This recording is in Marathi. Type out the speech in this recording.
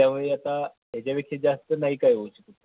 त्यामुळे आता ह्याच्यापेक्षा जास्त नाही काय होऊ शकत सर